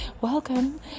Welcome